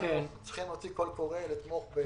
אנחנו צריכים להוציא קול קורא לתמוך.